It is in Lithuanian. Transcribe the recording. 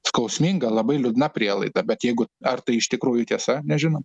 skausminga labai liūdna prielaida bet jeigu ar tai iš tikrųjų tiesa nežinom